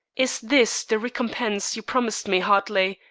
is this the recompense you promised me, hartley?